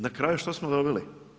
Na kraju, što smo dobili?